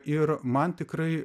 ir man tikrai